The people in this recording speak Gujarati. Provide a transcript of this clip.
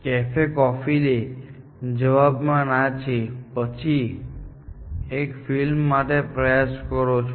કેફે કોફી ડે જવાબ ના છેપછી તમે બીજી એક ફિલ્મ માટે પ્રયાસ કરો છો